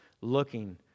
looking